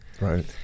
Right